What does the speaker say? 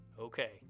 Okay